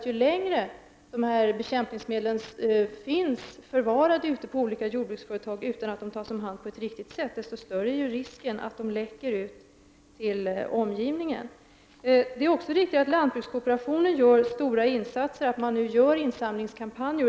Ju längre dessa bekämpningsmedel finns förvarade ute på olika jordbruksföretag utan att de tas om hand på ett riktigt sätt, desto större är risken att de läcker ut i omgivningen. Det är också viktigt att lantbrukskooperationen gör stora insatser, bl.a. i form av en insamlingskampanj.